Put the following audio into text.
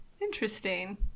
Interesting